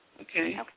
Okay